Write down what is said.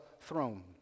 throne